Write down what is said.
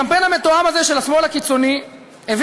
הקמפיין המתואם הזה של השמאל הקיצוני הביא,